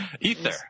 Ether